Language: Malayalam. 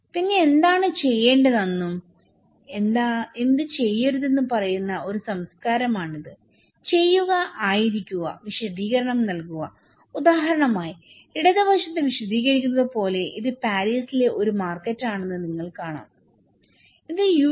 പിന്നെ എന്താണ് ചെയ്യേണ്ടതെന്നും എന്തുചെയ്യരുതെന്നും പറയുന്ന ഒരു സംസ്കാരമാണിത്ചെയ്യുകആയിരിക്കുക വിശദീകരണം നൽകുക ഉദാഹരണമായി ഇടതുവശത്ത് വിശദീകരിക്കുന്നത് പോലെ ഇത് പാരീസിലെ ഒരു മാർക്കറ്റാണെന്ന് നിങ്ങൾക്ക് കാണാംഇത് യു